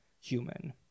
human